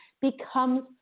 becomes